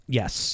yes